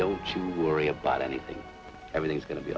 don't worry about anything everything's going to be